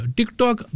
TikTok